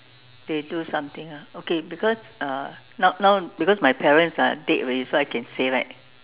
they do something ah okay because uh now now because my parents are dead already so I can say right